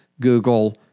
Google